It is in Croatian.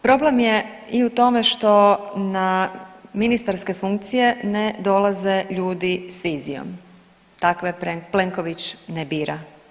Problem je i u tome što na ministarske funkcije ne dolaze ljudi s vizijom, takve Plenković ne bira.